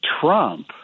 Trump